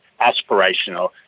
aspirational